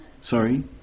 Sorry